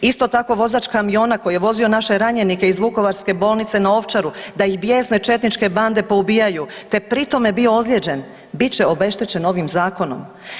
Isto tako vozač kamiona koji je vozio naše ranjenike iz Vukovarske bolnice na Ovčaru da ih bjesne četničke bande poubijaju te pri tome bio ozlijeđen bit će obeštećen ovim zakonom.